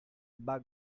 bug